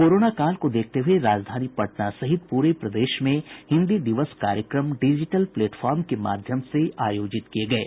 corona काल को देखते हुये राजधानी पटना सहित पूरे प्रदेश में हिन्दी दिवस कार्यक्रम डिजिटल प्लेटफार्म के माध्यम से आयोजित किये गये